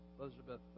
Elizabeth